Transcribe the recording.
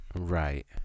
Right